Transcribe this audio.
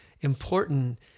important